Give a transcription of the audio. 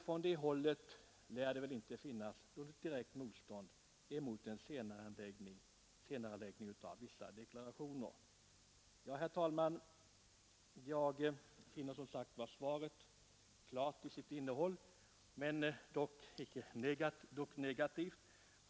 Från det hållet lär det därför inte finnas något direkt motstånd mot en senareläggning av vissa deklarationer, Herr talman! Jag finner som sagt svaret klart till sitt innehåll men negativt.